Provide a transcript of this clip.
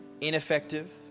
ineffective